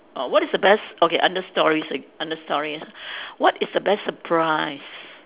uh what is the best okay under stories err under story what is the best surprise